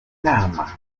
nama